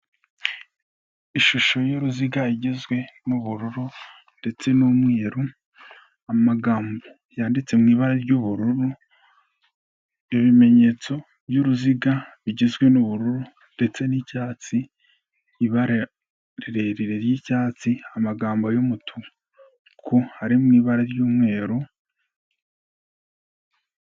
Ishusho y'uruziga igezwe n'ubururu ndetse n'umweru, amagambo yanditse mu ibara ry'ubururu, ibimenyetso by'uruziga bigizwe n'ubururu ndetse n'icyatsi. Ibara rirerire ry'icyatsi, amagambo y'umutuku ari mu ibara ry'umweru.